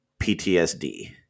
PTSD